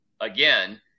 again